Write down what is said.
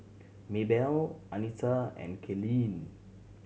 Maebelle Anita and Kaylene